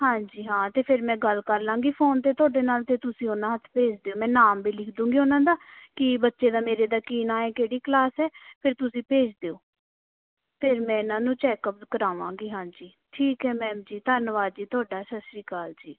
ਹਾਂਜੀ ਹਾਂ ਅਤੇ ਫਿਰ ਮੈਂ ਗੱਲ ਕਰ ਲਾਂਗੀ ਫੋਨ 'ਤੇ ਤੁਹਾਡੇ ਨਾਲ ਅਤੇ ਤੁਸੀਂ ਉਹਨਾਂ ਹੱਥ ਭੇਜ ਦਿਓ ਮੈਂ ਨਾਮ ਵੀ ਲਿਖ ਦੂੰਗੀ ਉਹਨਾਂ ਦਾ ਕਿ ਬੱਚੇ ਦਾ ਮੇਰੇ ਦਾ ਕੀ ਨਾਂ ਹੈ ਕਿਹੜੀ ਕਲਾਸ ਹੈ ਫਿਰ ਤੁਸੀਂ ਭੇਜ ਦਿਓ ਫਿਰ ਮੈਂ ਇਹਨਾਂ ਨੂੰ ਚੈੱਕਅਪ ਕਰਾਵਾਂਗੀ ਹਾਂਜੀ ਠੀਕ ਹੈ ਮੈਮ ਜੀ ਧੰਨਵਾਦ ਜੀ ਤੁਹਾਡਾ ਸਤਿ ਸ਼੍ਰੀ ਅਕਾਲ ਜੀ